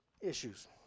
issues